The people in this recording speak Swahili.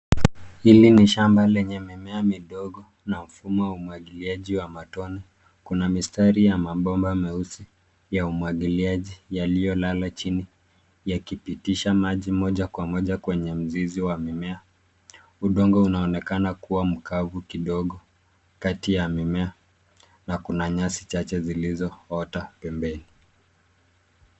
Hili ni shamba lenye mimea midogo na mfumo wa umwagiliaji wa matone. Kuna mistari ya mabomba meusi ya umuagiliaji yaliyolala chini yakipitisha maji moja kwa moja kwenye mzizi wa mimea. Udongo unaonekana kuwa mkavu kidogo kati ya mimea na kuna nyasi chache zilizoota pembeni.